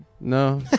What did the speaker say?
No